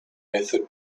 method